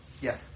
Yes